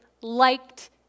liked